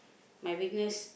my weakness